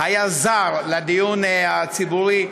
היה זר לדיון הציבורי,